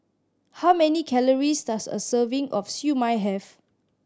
how many calories does a serving of Siew Mai have